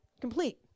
complete